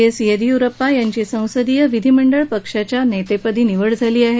S Yediyurappa यांची संसदीय विधिमंडळ पक्षाच्या नेतेपदी निवड झाली आहे